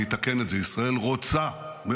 אני אתקן את זה: ישראל רוצה מאוד,